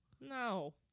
no